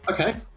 Okay